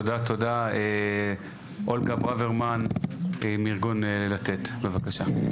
תודה, אולגה ברברמן מארגון 'לתת', בבקשה.